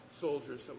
soldiers